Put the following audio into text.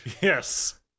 Yes